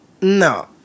No